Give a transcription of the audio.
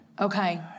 Okay